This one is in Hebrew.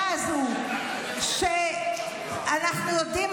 אנחנו חיות?